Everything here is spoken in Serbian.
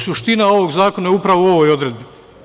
Suština ovog zakona je upravo u ovoj odredbi.